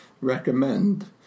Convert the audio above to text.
recommend